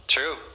True